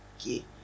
okay